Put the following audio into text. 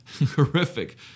horrific